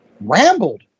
rambled